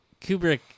Kubrick